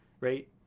right